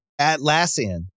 Atlassian